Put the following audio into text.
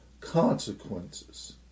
consequences